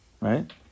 Right